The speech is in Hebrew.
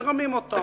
מרמים אותם.